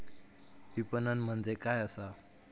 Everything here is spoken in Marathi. विपणन म्हणजे काय असा?